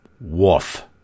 Woof